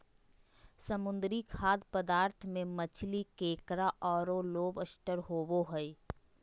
समुद्री खाद्य पदार्थ में मछली, केकड़ा औरो लोबस्टर होबो हइ